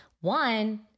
One